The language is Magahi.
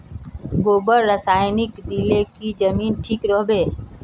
गोबर रासायनिक दिले की जमीन ठिक रोहबे?